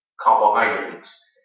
carbohydrates